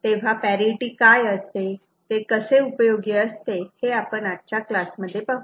तेव्हा पॅरिटि काय असते कसे उपयोगी असते हे आपण आजच्या क्लासमध्ये पाहू